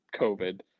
COVID